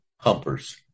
humpers